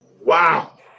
Wow